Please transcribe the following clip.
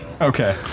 Okay